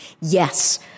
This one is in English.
Yes